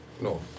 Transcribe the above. No